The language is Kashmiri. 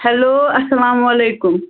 ہیلوٗ اَسلامُ عَلیکُم